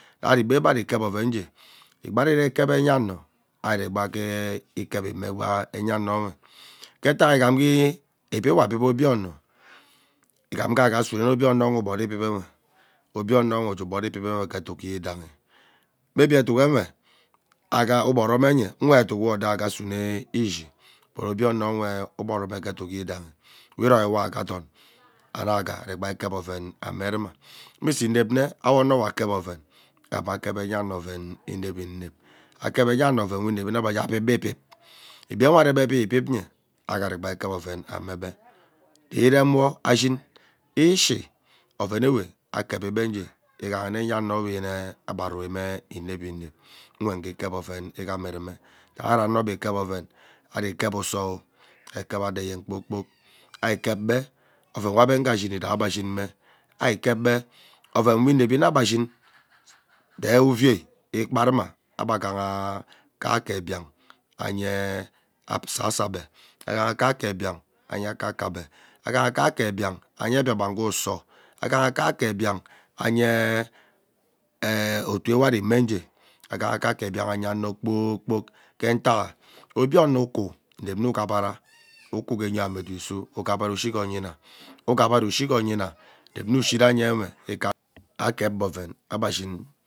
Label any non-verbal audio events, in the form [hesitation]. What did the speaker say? Ari ebe ebee ikep oven njee ngbe ari-iri kep enya ano ari iregba kee ekep mme enya ano we ke mket ighani gee ibib we abib obio ono igham nge augaa asume nne obie onowe iboro ibib nnwe obie ono nnwe ke eduk yidanhi may be eduk mmwe augha uboro emenye nwe eduk we odo augha asune mme ishi, but obio ono uwe uboro me ke eduk yidanhi we iromiwo augha ghee adon [noise] and augha aregba ikep oven amevuma imisuu inep nne awoono we akep oven gham akep enyano oven [noise] nu inep inep akep enya ano oven we inevi nne ebe ajee abib be ibib, ibib we ebe arebe ebibaye augha rekpa ikep oven amebe reanwo ashin ishii oven ewee akevibe nyee ighana [noise] nne enya we yenea agbe rumee inep inep nwange ikep oven gham irume kee ari ano ebe kep oven ari kep usoo ari ikep ano eyen kpoor kpok ikep be ovenwe ebe gha shimi raebe ashin me le kep ebe ovenwe inevi mme ebe ashin [noise] delu uvei ikpa ruma ebe aghahaa kaeke biang anyee ajaso ebe aghaha kaeke biang anye akaka ebe aghaha kaeke biang anye Biakpen ke uso aughah kaeke biang anyeee [hesitation] otuwe ari imuenghe aghaha kaeke biang anye ano kpoo kpok ke utatha obio ono ukwu inep nne ugbabara [noise] ukwu gee yame dudu isuo ughabara ushigha oyina ughabara ushiga oyina inep nne ushire nnwe ikep ikap akep ebe oven we ebe ashini